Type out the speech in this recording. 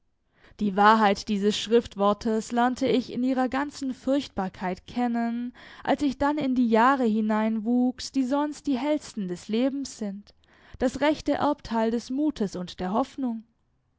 die wahrheit dieses schriftwortes lernte ich in ihrer ganzen furchtbarkeit kennen als ich dann in die jahre hineinwuchs die sonst die hellsten des lebens sind das rechte erbteil des mutes und der hoffnung